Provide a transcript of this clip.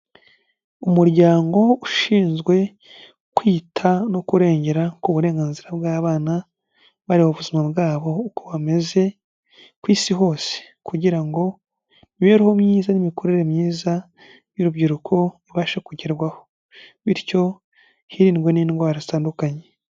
Umuryango ushinzwe kwita no kurengera ku burenganzira bw'abana bareba ubuzima bwabo uko hameze ku isi hose kugira ngo imibereho myiza n'imikorere myiza y'urubyiruko ibashe kugerwaho bityo hirindwe n'indwara zitandukanye.